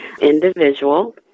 individual